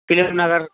film Nagar